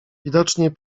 widocznie